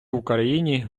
україні